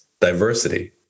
diversity